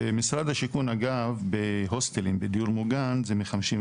במשרד השיכון, אגב, בהוסטלים בדיור מוגן זה מ-55,